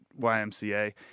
YMCA